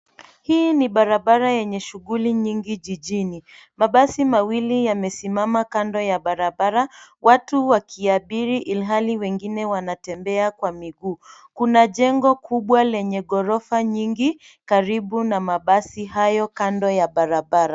Hii ni barabara yenye shughuli nyingi jijini. Mabasi mawili yamesimama kando ya barabara, watu wakiabiri ilhali wengine wanatembea kwa miguu. Kuna jengo kubwa lenye ghorofa nyingi karibu na mabasi hayo kando ya barabara.